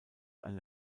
eine